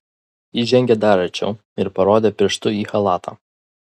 ji žengė dar arčiau ir parodė pirštu į chalatą